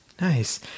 Nice